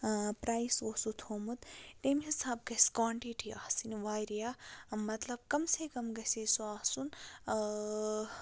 price اوسو تھومُت تمہِ حِساب گژھِ کانٹِٹی آسٕنۍ واریاہ مطلب کَم سے کَم گَژھِ ہے سُہ آسُن